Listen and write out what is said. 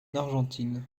argentine